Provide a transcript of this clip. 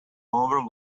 over